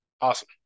Awesome